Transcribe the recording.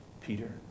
Peter